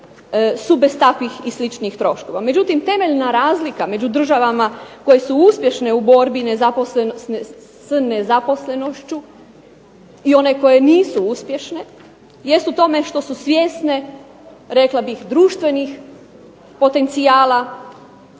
su bez takvih i sličnih troškova? Međutim, temeljna razlika među državama koje su uspješne u borbi s nezaposlenošću i one koje nisu uspješne jest u tome što su svjesne društvenih potencijala